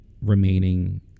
remaining